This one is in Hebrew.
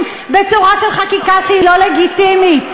בצורה של חקיקה שהיא לא לגיטימית.